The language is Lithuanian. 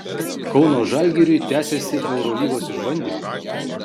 kauno žalgiriui tęsiasi eurolygos išbandymai